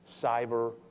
cyber